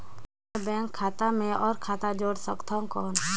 मैं बैंक खाता मे और खाता जोड़ सकथव कौन?